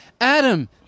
Adam